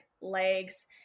legs